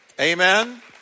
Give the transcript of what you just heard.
Amen